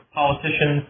politician